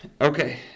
Okay